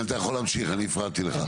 אתה יכול להמשיך, הפרעתי לך.